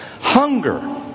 Hunger